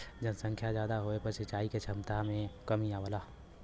जनसंख्या जादा होये पर सिंचाई के छमता में कमी आयल हौ